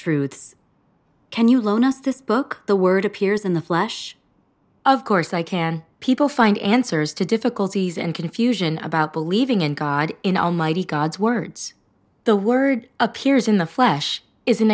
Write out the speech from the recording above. truths can you loan us this book the word appears in the flesh of course i can people find answers to difficulties and confusion about believing in god in almighty god's words the word appears in the flesh is